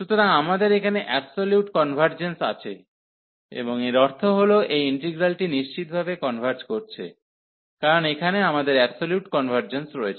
সুতরাং আমাদের এখানে অ্যাবসোলিউট কনভার্জেন্স আছে এবং এর অর্থ হল এই ইন্টিগ্রালটি নিশ্চিতভাবে কনভার্জ করছে কারণ এখানে আমাদের অ্যাবসোলিউট কনভার্জেন্স রয়েছে